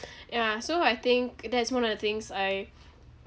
ya so I think that's one of the things I